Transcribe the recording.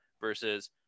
versus